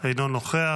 אינו נוכח.